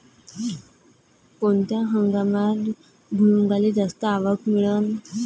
कोनत्या हंगामात भुईमुंगाले जास्त आवक मिळन?